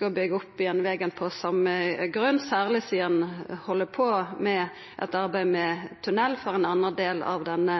å byggja opp igjen vegen på same grunn, særleg sidan ein held på med eit arbeid med tunnel for ein annan del av denne